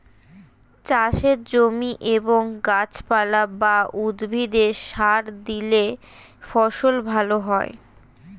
চাষের জমি এবং গাছপালা বা উদ্ভিদে সার দিলে ফসল ভালো হয়